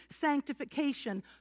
sanctification